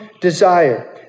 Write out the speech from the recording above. desire